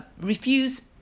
refuse